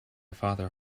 father